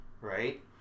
right